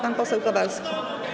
Pan poseł Kowalski.